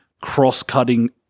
cross-cutting